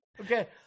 Okay